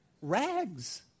rags